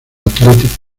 athletic